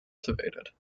cultivated